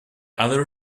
other